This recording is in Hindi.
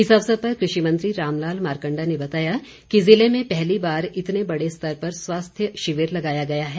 इस अवसर पर कृषि मंत्री रामलाल मारकंडा ने बताया कि जिले में पहली बार इतने बड़े स्तर पर स्वास्थ्य शिविर लगाया गया है